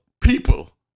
people